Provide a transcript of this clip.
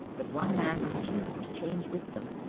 but one man refused to change with them.